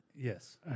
Yes